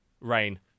Rain